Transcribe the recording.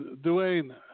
Duane